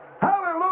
Hallelujah